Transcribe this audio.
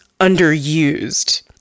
underused